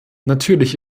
natürlich